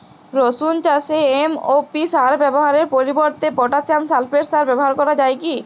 রসুন চাষে এম.ও.পি সার ব্যবহারের পরিবর্তে পটাসিয়াম সালফেট সার ব্যাবহার করা যায় কি?